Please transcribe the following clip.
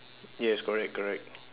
yes correct correct